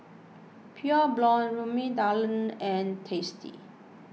Pure Blonde Rimmel London and Tasty